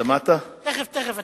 תיכף תשמע,